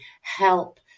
help